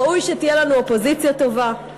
ראוי שתהיה לנו אופוזיציה טובה,